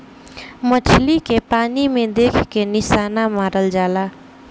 मछली के पानी में देख के निशाना मारल जाला